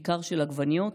בעיקר של עגבניות,